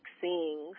seeing